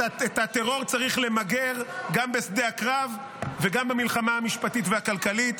את הטרור צריך למגר גם בשדה הקרב וגם במלחמה המשפטית והכלכלית.